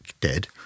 dead